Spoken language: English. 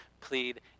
plead